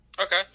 Okay